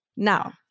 Now